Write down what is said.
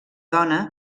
dona